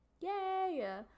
Yay